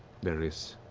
various